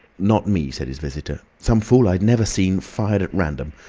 not me, said his visitor. some fool i'd never seen fired at random.